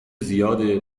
زیاده